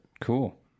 Cool